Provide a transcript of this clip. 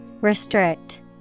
Restrict